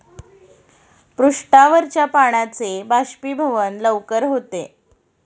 पृष्ठावरच्या पाण्याचे बाष्पीभवन लवकर होते